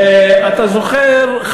אתה זוכר,